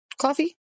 coffee